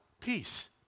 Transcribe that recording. Peace